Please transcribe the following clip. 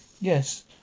Yes